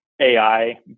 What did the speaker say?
AI